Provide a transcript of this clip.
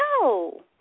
No